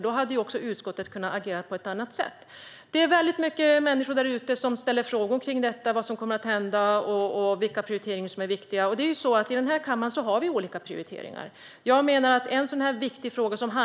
Då hade ju också utskottet kunnat agera på ett annat sätt. Det är väldigt många människor där ute som ställer frågor om vad som kommer att hända och vilka prioriteringar som är viktiga. I den här kammaren har vi olika prioriteringar.